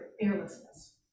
fearlessness